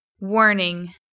Warning